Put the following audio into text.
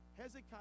Hezekiah